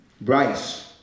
Bryce